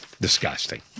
disgusting